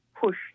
push